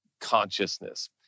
consciousness